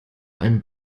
ein